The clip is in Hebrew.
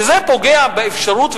וזה פוגע באפשרויות,